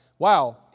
Wow